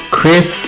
Chris